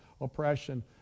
oppression